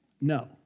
No